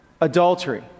adultery